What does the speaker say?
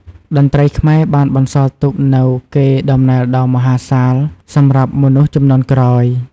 តន្ត្រីខ្មែរបានបន្សល់ទុកនូវកេរដំណែលដ៏មហាសាលសម្រាប់មនុស្សជំនាន់ក្រោយ។